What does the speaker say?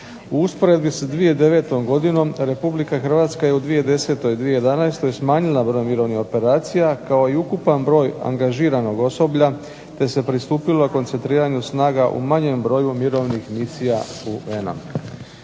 U usporedbi za 2009. godinom RH je u 2010., 2011. smanjila broj mirovnih operacija kao i ukupan broj angažiranog osoblja te se pristupilo koncentriranju snaga u manjem broju mirovnih misija UN-a.